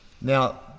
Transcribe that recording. Now